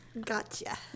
Gotcha